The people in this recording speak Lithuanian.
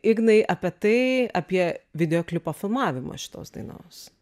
ignai apie tai apie videoklipo filmavimą šitos dainos